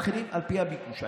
מתחילים על פי הביקוש.